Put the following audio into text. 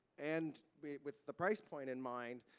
and with the price point in mind,